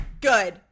Good